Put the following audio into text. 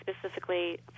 specifically